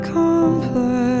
complex